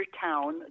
town